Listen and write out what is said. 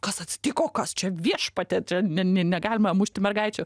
kas atsitiko kas čia viešpatie čia ne negalima mušti mergaičių